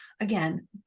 again